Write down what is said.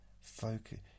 focus